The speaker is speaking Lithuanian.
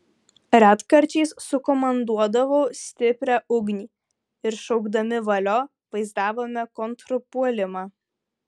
retkarčiais sukomanduodavau stiprią ugnį ir šaukdami valio vaizdavome kontrpuolimą